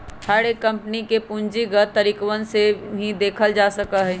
हर एक कम्पनी के पूंजीगत तरीकवन से ही देखल जा सका हई